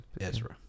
Ezra